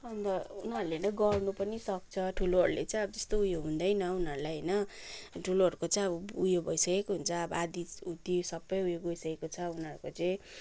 अब उनीहरूले नै गर्नु पनि सक्छ ठुलोहरूले चाहिँ अब त्यस्तो उयो हुँदैन उनीहरूलाई होइन ठुलोहरूको चाहिँ अब उयो भइसकेको हुन्छ अब आधीउधी सबै उयो गइसकेको छ उनीहरूको चाहिँ